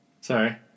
Sorry